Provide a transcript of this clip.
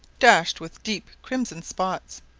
dashed with deep crimson spots.